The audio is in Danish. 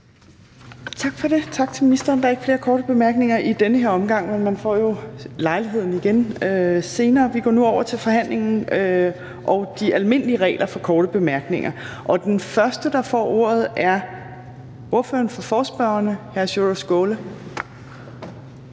Torp): Tak til ministeren. Der er ikke flere korte bemærkninger i den her omgang, men man får jo lejligheden igen senere. Vi går nu over til forhandlingen og de almindelige regler for korte bemærkninger. Den første, der får ordet, er ordføreren for forespørgerne, hr. Sjúrður Skaale.